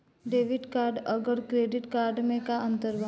Debit card आउर credit card मे का अंतर बा?